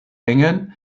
hängen